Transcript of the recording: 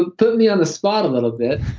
put me on the spot a little bit.